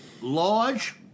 large